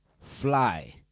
fly